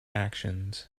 actions